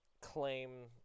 claim